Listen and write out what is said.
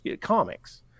comics